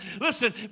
listen